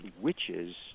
witches